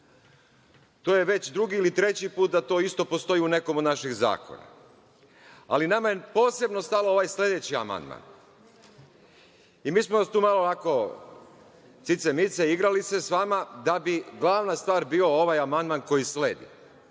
to je već drugi ili treći put da to isto postoji u nekom od naših zakona, ali nama je posebno stalo ovaj sledeći amandman. Mi smo se tu ovako malo cice mice, igrali se sa vama, da bi glavna stvar bio ovaj amandman koji sledi,